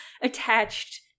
attached